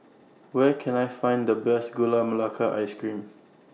Where Can I Find The Best Gula Melaka Ice Cream